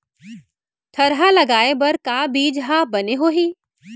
थरहा लगाए बर का बीज हा बने होही?